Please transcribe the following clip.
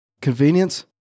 convenience